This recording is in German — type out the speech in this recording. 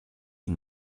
die